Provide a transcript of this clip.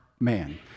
man